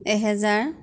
এহেজাৰ